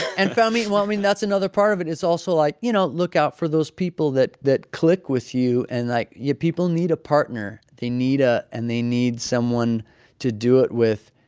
and found me. well, i mean, that's another part of it is also, like, you know, look out for those people that that click with you and like, yeah people need a partner. they need a and they need someone to do it with.